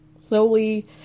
slowly